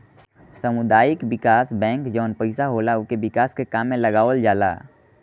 सामुदायिक विकास बैंक जवन पईसा होला उके विकास के काम में लगावल जाला